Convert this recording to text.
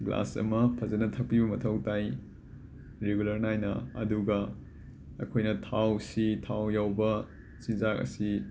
glass ꯑꯃ ꯐꯖꯟꯅ ꯊꯛꯄꯤꯕ ꯃꯊꯧ ꯇꯥꯏ ꯔꯤꯒꯨꯂꯔ ꯅꯥꯏꯅ ꯑꯗꯨꯒ ꯑꯩꯈꯣꯏꯅ ꯊꯥꯎꯁꯤ ꯊꯥꯎ ꯌꯥꯎꯕ ꯆꯤꯟꯖꯥꯛ ꯑꯁꯤ